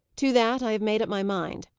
to that i have made up my mind.